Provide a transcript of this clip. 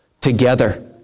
together